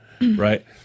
Right